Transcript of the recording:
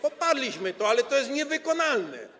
Poparliśmy to, ale to jest niewykonalne.